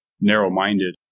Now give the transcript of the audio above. narrow-minded